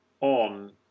On